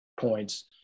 points